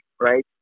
right